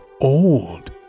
old